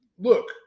Look